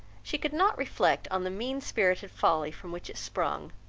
she could not reflect on the mean-spirited folly from which it sprung,